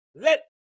let